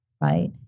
right